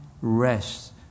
rest